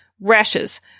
rashes